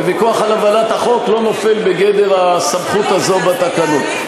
ויכוח על הבנת החוק לא נופל בגדר הסמכות הזו בתקנון.